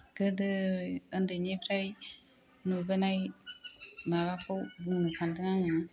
गोदो उन्दैनिफ्राय नुबोनाय माबाखौ बुंनो सानदों आङो